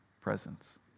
presence